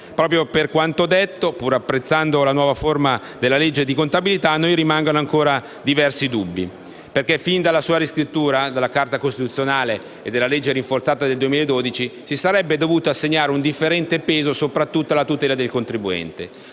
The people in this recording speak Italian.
Proprio per quanto detto, pur apprezzando la nuova forma della legge di contabilità, a noi rimangono ancora diversi dubbi. Sin dalla riscrittura della Carta costituzionale e della legge rinforzata nel 2012, infatti, si sarebbe dovuto assegnare un differente peso sopratutto alla tutela del contribuente;